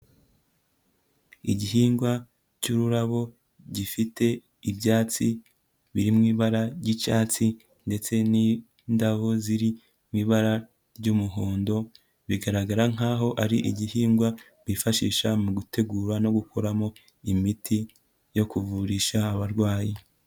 Igihingwa cy'ururabo gifite ibyatsi biri mu ibara ry'icyatsi ndetse n'indabo ziri mu ibara ry'umuhondo, bigaragara nkaho ari igihingwa bifashisha mu gutegura no gukoramo imiti yo kuvurisha abarwayi.